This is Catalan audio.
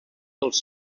dels